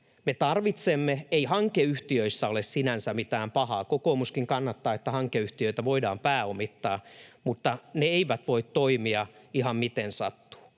Me tarvitsemme... Ei hankeyhtiöissä ole sinänsä mitään pahaa. Kokoomuskin kannattaa, että hankeyhtiöitä voidaan pääomittaa, mutta ne eivät voi toimia ihan miten sattuu.